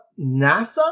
NASA